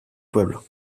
pueblo